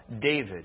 David